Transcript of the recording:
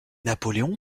napoléon